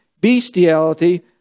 Bestiality